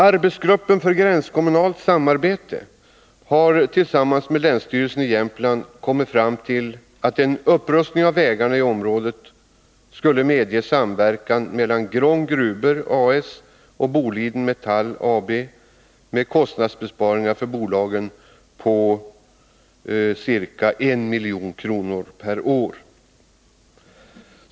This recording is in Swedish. Arbetsgruppen för gränskommunalt samarbete har tillsammans med länsstyrelsen i Jämtland kommit fram till att en upprustning av vägarna i området skulle medge samverkan mellan Grong Gruber A/S och Boliden Metall AB med kostnadsbesparingar för bolagen vid kalkyltillfället på ca 1 milj.kr. per år.